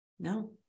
No